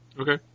Okay